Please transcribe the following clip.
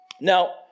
now